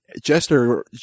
Jester